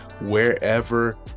wherever